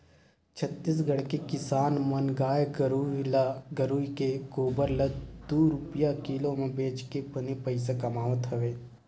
छत्तीसगढ़ के किसान मन गाय गरूवय के गोबर ल दू रूपिया किलो म बेचके बने पइसा कमावत हवय